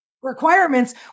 requirements